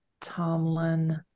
Tomlin